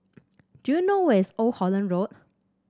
do you know where is Old Holland Road